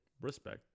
Respect